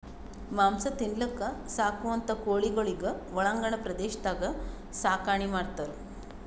ಮಾಂಸ ತಿನಲಕ್ಕ್ ಸಾಕುವಂಥಾ ಕೋಳಿಗೊಳಿಗ್ ಒಳಾಂಗಣ ಪ್ರದೇಶದಾಗ್ ಸಾಕಾಣಿಕೆ ಮಾಡ್ತಾರ್